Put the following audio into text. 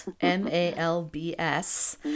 M-A-L-B-S